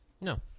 No